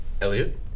Elliot